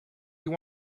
you